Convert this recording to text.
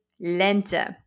lente